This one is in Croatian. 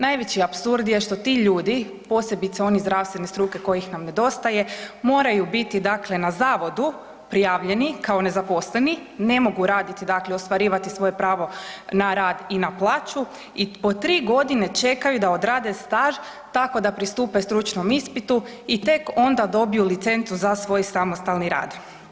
Najveći apsurd je što ti ljudi posebice oni zdravstvene struke kojih nam nedostaje moraju biti dakle na zavodu prijavljeni kao nezaposleni, ne mogu raditi dakle ostvarivati svoje pravo na rad i na plaću i po 3 godine čekaju da odrade staž tako da pristupe stručnom ispitu i tek onda dobiju licencu za svoj samostalni rad.